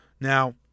Now